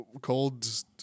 called